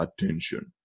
attention